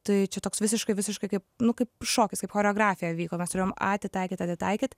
tai čia toks visiškai visiškai kaip nu kaip šokis choreografija vyko mes turėjom atitaikyt atitaikyt